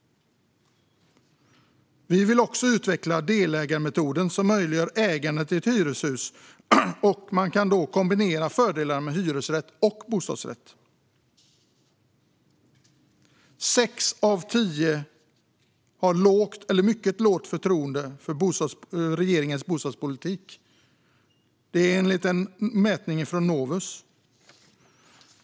Vi vill också utveckla delägarmetoden, som möjliggör ägande i ett hyreshus. Man kan då kombinera fördelarna med hyresrätt och bostadsrätt. Sex av tio har lågt eller mycket lågt förtroende för regeringens bostadspolitik, enligt en mätning från Novus.